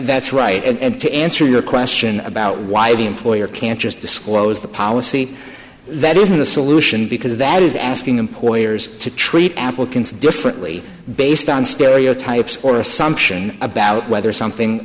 that's right and to answer your question about why the employer can't just disclose the policy that isn't a solution because that is asking employers to treat applicants differently based on stereotypes or assumption about whether something